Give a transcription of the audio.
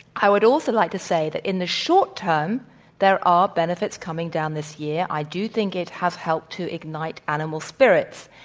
i would also like to say that in the short term there are benefits coming down this year. i do think it has helped to ignite animal spirits.